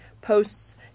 posts